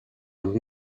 und